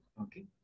Okay